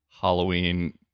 Halloween